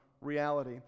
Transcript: reality